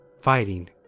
Fighting